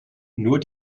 nur